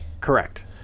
Correct